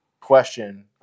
question